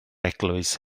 eglwys